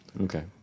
Okay